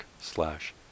slash